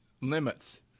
limits